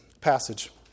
passage